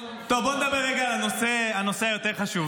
בואו נדבר רגע על הנושא היותר-חשוב.